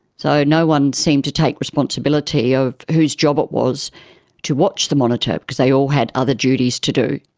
so no one seemed to take responsibility of whose job it was to watch the monitor because they all had other duties to do.